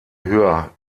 höher